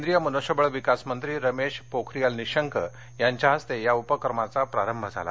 केंद्रीय मनुष्यबळ विकास मंत्री रमेश पोखरीयाल निशंक यांच्या हस्ते या उपक्रमाचा प्रारंभ झाला